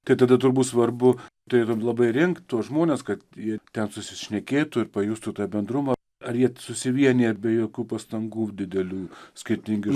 tai tada turbūt svarbu turėtum labai rink tuos žmones kad jie ten susišnekėtų ir pajustų tą bendrumą ar jie susivienija ir be jokių pastangų didelių skirtingi